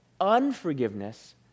unforgiveness